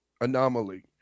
Anomaly